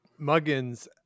Muggins